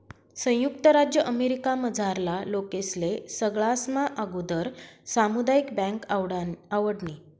संयुक्त राज्य अमेरिकामझारला लोकेस्ले सगळास्मा आगुदर सामुदायिक बँक आवडनी